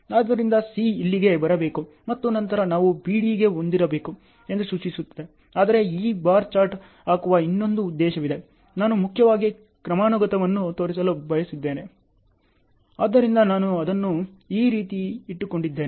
ಆದ್ದರಿಂದ C ಇಲ್ಲಿಗೆ ಬರಬೇಕು ಮತ್ತು ನಂತರ ನಾವು B Dಗೆ ಹೊಂದಿರಬೇಕು ಎಂದು ಸೂಚಿಸುತ್ತದೆ ಆದರೆ ಈ ಬಾರ್ ಚಾರ್ಟ್ ಹಾಕುವ ಇನ್ನೊಂದು ಉದ್ದೇಶವಿದೆ ನಾನು ಮುಖ್ಯವಾಗಿ ಕ್ರಮಾನುಗತವನ್ನು ತೋರಿಸಲು ಬಯಸಿದ್ದೇನೆ ಆದ್ದರಿಂದ ನಾನು ಅದನ್ನು ಈ ರೀತಿ ಇಟ್ಟುಕೊಂಡಿದ್ದೇನೆ